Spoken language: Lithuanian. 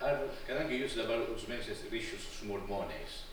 ar kadangi jūs dabar užmezgęs ryšius su murmonais